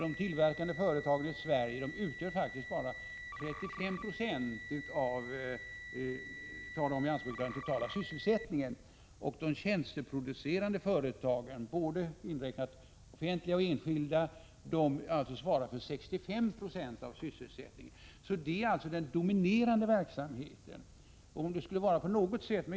De tillverkande företagen i Sverige svarar för bara 35 96 av den totala sysselsättningen, medan de tjänsteproducerande företagen, både offentliga och enskilda, svarar för 65 90 av sysselsättningen och därmed utgör den dominerande verksamheten.